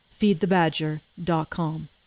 FeedTheBadger.com